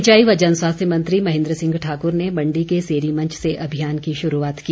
सिंचाई व जन स्वास्थ्य मंत्री महेन्द्र सिंह ठाकुर ने मण्डी के सेरी मंच से अभियान की शुरूआत की